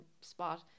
spot